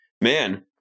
Man